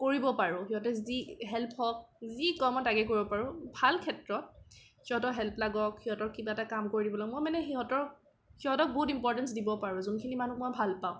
কৰিব পাৰোঁ সিহঁতে যি হেল্প হওঁক যি কয় তাকেই কৰিব পাৰোঁ ভাল ক্ষেত্ৰত সিহঁতৰ হেল্প লাগক সিহঁতৰ কিবা এটা কাম কৰি দিব লাগে মই মানে সিহঁতক সিহঁতক বহুত ইম্পৰ্টেঞ্চ দিব পাৰোঁ যোনখিনি মানুহ মই ভাল পাওঁ